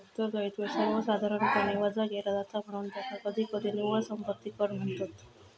उत्तरदायित्व सर्वसाधारणपणे वजा केला जाता, म्हणून त्याका कधीकधी निव्वळ संपत्ती कर म्हणतत